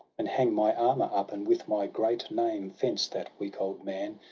and hang my armour up. and with my great name fence that weak old man,